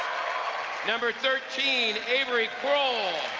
number thirteen, avery kroll.